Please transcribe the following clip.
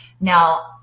Now